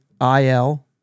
IL